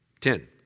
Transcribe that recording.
Ten